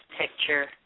picture